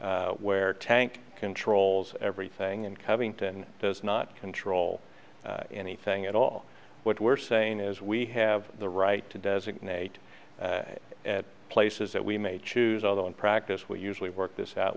where tank controls everything and covington does not control anything at all what we're saying is we have the right to designate places that we may choose although in practice we usually work this out